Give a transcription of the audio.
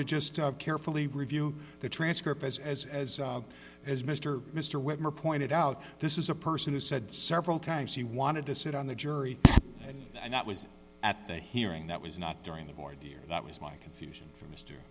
to just carefully review the transcript as as as as mr mr whitmore pointed out this is a person who said several times he wanted to sit on the jury and that was at the hearing that was not during the board years that was my confusion for m